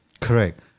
Correct